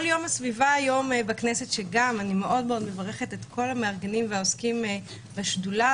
אני מברכת מאוד את כל המארגנים והעוסקים בשדולה